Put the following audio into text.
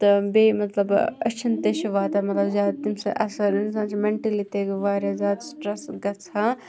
تہٕ بییٚہِ مَطلَب أسۍ چھِنہٕ زیاد اَثَر اِنسان چھُ مینٹَلی تہِ واریاہ زیاد سٹرٮ۪س گَژھان